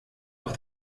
auf